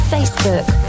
Facebook